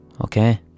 Okay